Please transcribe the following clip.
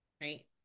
right